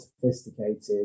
sophisticated